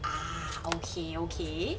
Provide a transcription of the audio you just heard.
ah okay okay